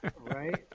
Right